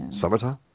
summertime